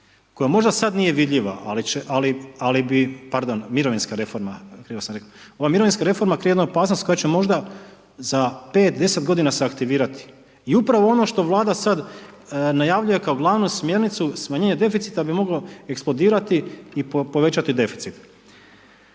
koja možda sad nije vidljiva, ali bi, pardon, mirovinska reforma, krivo sam rekao. Ova mirovinska reforma krije jednu opasnost koja će možda za 5, 10 godina se aktivirati, i upravo ono što Vlada sad najavljuje kao glavnu smjernicu smanjenje deficita, bi mogao eksplodirati i povećati deficit.